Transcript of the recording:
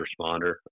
responder